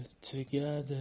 together